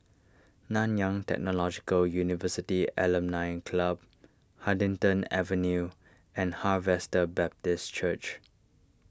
Nanyang Technological University Alumni Club Huddington Avenue and Harvester Baptist Church